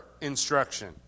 instruction